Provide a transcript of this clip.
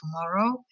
tomorrow